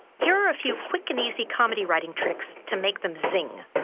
here are a few quick and easy comedy writing tricks to make them zing.